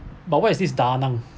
but where is this da nang